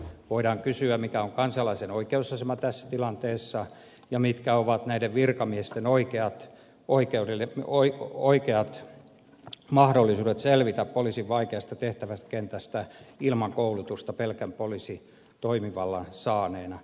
voidaan kysyä mikä on kansalaisen oikeusasema tässä tilanteessa ja mitkä ovat näiden virkamiesten oikeat mahdollisuudet selvitä poliisin vaikeasta tehtäväkentästä ilman koulutusta pelkän poliisitoimivallan saaneena